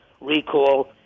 recall